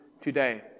today